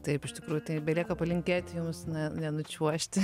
taip iš tikrųjų taip belieka palinkėti jums ne nenučiuožti